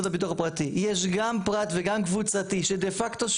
הפרטי יש גם פרט וגם קבוצתי שדה פקטו,